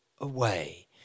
away